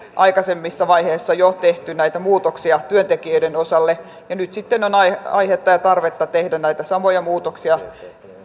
jo aikaisemmissa vaiheissa tehty näitä muutoksia työntekijöiden osalta nyt sitten on aihetta aihetta ja tarvetta tehdä näitä samoja muutoksia